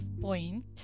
point